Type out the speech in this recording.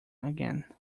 again